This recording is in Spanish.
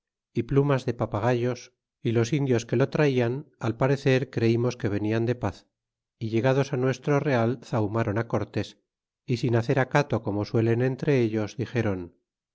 y plumas de papagayos y los indios que lo traian al parecer creimos que venían de paz y llegados ntiestro real zahumron cortés y sin hacer acato como suelen entre ellos dixeron